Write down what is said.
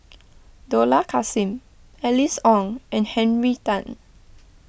Dollah Kassim Alice Ong and Henry Tan